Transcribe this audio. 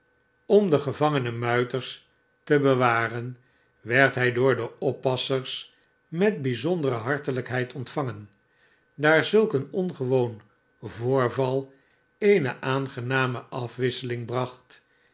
om de gevangene muiters te bewaren werd hij door de oppassers met bijzondere hartelijkheid ontvangen daar zulk een ongewoon voorval eene aangename afwisseling bracht